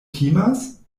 timas